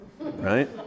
Right